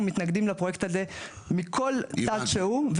אנחנו מתנגדים לפרויקט הזה מכל צד שהוא,